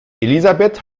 elisabeth